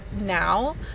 now